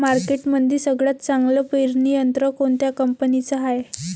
मार्केटमंदी सगळ्यात चांगलं पेरणी यंत्र कोनत्या कंपनीचं हाये?